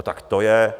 Tak to je...